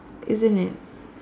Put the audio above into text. isn't it